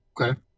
Okay